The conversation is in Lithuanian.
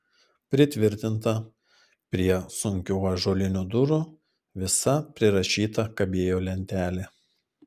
pritvirtinta prie sunkių ąžuolinių durų visa prirašyta kabėjo lentelė